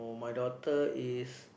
for my daughter is